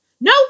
No